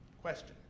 Question